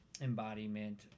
embodiment